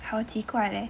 好奇怪 leh